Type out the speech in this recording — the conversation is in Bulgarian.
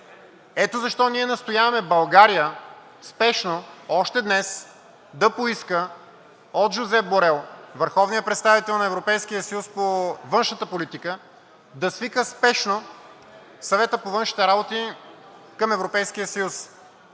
Ето защо ние настояваме България спешно, още днес, да поиска от Жозеп Борел – върховният представител на Европейския съюз по външната политика, да свика спешно Съвета по външните работи към Европейския съюз,